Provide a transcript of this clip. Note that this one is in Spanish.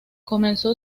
comenzó